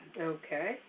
okay